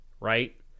right